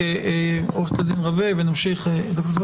עורכת הדין רווה, ונמשיך.